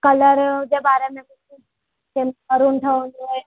colour जे बारे में मूंखे मरून ठहंदो आहे